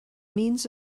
means